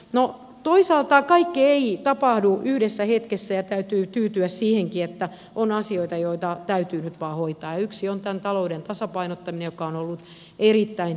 no toisaalta kaikki ei tapahdu yhdessä hetkessä ja täytyy tyytyä siihenkin että on asioita joita täytyy nyt vain hoitaa ja yksi on tämän talouden tasapainottaminen joka on ollut erittäin kipeä kysymys